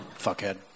fuckhead